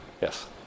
Yes